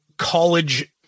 college